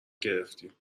گرفتیم